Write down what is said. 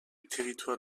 territoire